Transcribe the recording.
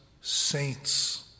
saints